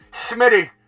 Smitty